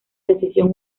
decisión